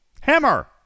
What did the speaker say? Hammer